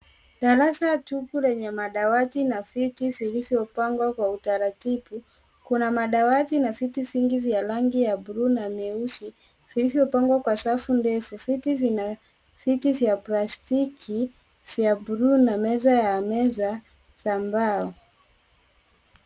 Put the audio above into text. Darasa tupu lenye madawati na viti vilivyopangwa kwa utaratibu. Kuna madawati na viti vingi vya rangi ya blue na meusi vilivyopangwa kwa safu ndefu. Viti vina viti vya plastiki vya blue na meza ya meza za mbao.